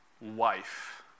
wife